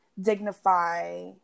dignify